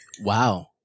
Wow